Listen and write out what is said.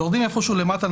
יורדים נמוך איפשהו למטה,